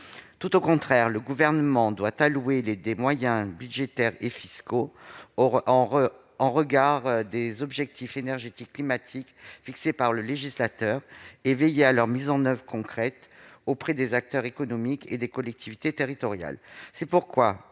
Tout au contraire, le Gouvernement doit allouer des moyens budgétaires et fiscaux en regard des objectifs énergétiques et climatiques fixés par le législateur et veiller à leur mise en oeuvre concrète auprès des acteurs économiques et des collectivités territoriales.